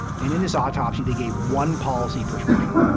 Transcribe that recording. and in this autopsy they gave one policy prescription,